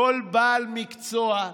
לכל בעל מקצוע,